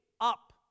up